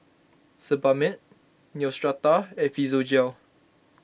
Sebamed Neostrata and Physiogel